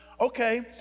okay